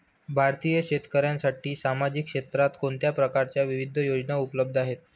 भारतीय शेतकऱ्यांसाठी सामाजिक क्षेत्रात कोणत्या प्रकारच्या विविध योजना उपलब्ध आहेत?